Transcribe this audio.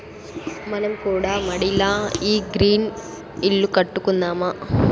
మనం కూడా మడిల ఈ గ్రీన్ ఇల్లు కట్టుకుందాము